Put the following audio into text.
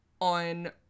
on